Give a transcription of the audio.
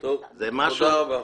תתחיל לסיים.